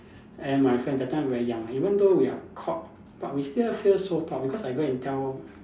and my friend that time we are young even though we are caught but we still feel so proud because I go and tell